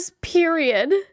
period